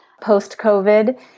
post-COVID